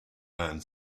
man